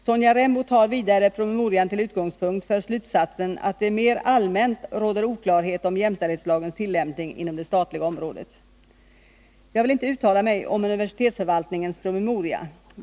Sonja Rembo tar vidare promemorian till utgångspunkt för slutsatsen att det mer allmänt råder oklarhet om jämställdhetslagens tillämpning inom det statliga området. Jag vill inte uttala mig om universitetsförvaltningens promemoria.